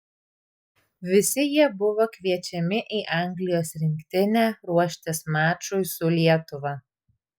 visi jie buvo kviečiami į anglijos rinktinę ruoštis mačui su lietuva